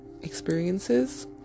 experiences